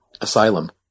Asylum